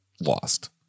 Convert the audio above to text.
Lost